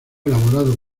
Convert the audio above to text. elaborado